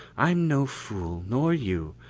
i'm no fool, nor you,